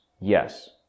Yes